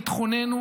ביטחוננו,